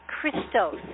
Christos